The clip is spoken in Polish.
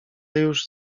już